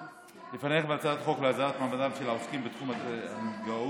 לפנייך הצעת חוק להסדרת מעמדם של העוסקים בתחום הרנטגנאות